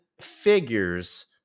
figures